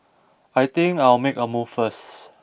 I think I'll make a move first